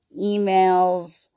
emails